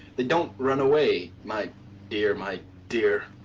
they don't run away, my dear, my dear.